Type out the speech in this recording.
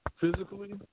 physically